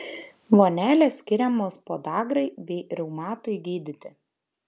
vonelės skiriamos podagrai bei reumatui gydyti